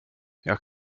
jag